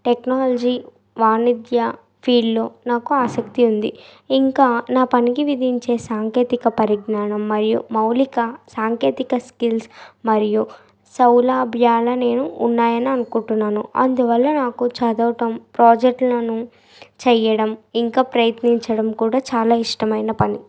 technology వాణిజ్య ఫీల్డ్లో నాకు ఆసక్తి ఉంది ఇంకా నా పనికి విధించే సాంకేతిక పరిజ్ఞానం మరియు మౌలిక సాంకేతిక స్కిల్స్ మరియు సౌలభ్యాలు నేను ఉన్నాయని అనుకుంటున్నాను అందువల్ల నాకు చదవటం ప్రాజెక్ట్లను చేయడం ఇంకా ప్రయత్నించడం కూడా చాలా ఇష్టమైన పని